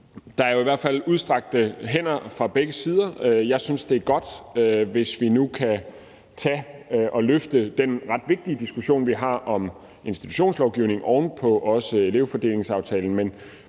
at der jo i hvert fald er udstrakte hænder fra begge sider. Jeg synes, det er godt, hvis vi nu kan tage og løfte den ret vigtige diskussion, vi har om institutionslovgivning, også oven på elevfordelingsaftalen,